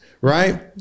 right